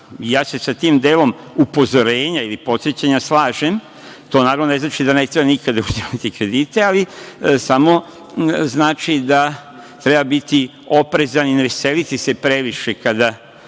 Ja se sa tim delom upozorenja ili podsećanja slažem. To, naravno, ne znači da ne treba nikad uzimati kredite, ali samo znači da treba biti oprezan i ne veseliti se previše kada